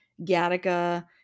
Gattaca